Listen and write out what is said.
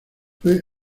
fue